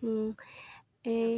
এই